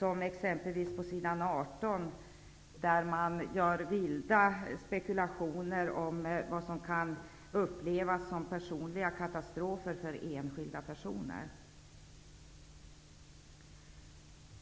På s. 18 framför utskottet t.ex. vilda spekulationer om vad som kan upplevas som personliga katastrofer för enskilda personer.